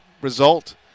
result